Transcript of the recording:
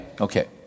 Okay